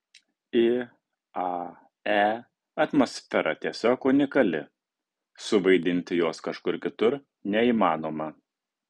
iae atmosfera tiesiog unikali suvaidinti jos kažkur kitur neįmanoma